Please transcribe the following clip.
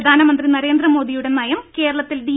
പ്രധാനമന്ത്രി നരേന്ദ്രമോദിയുടെ നയം കേരളത്തിൽ ഡി